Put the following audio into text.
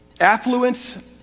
affluent